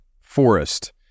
forest